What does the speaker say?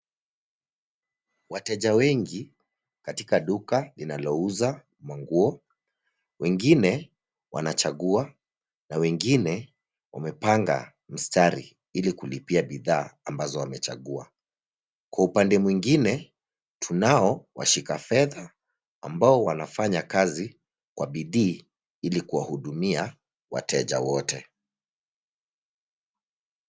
Wateja wengi katika duka linalouza manguo. Wengine wanachagua nguo na wengine wamepanga msitari ili kulipia bidhaa ambazo wamechagua. Kwa upande mwingine tunao washikafedha ambao wanafanya kazi kwa bidii ili kuwahudumia wateja wote.